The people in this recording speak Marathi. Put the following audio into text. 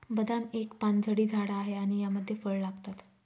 बदाम एक पानझडी झाड आहे आणि यामध्ये फळ लागतात